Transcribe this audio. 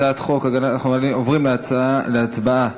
אנחנו עוברים להצבעה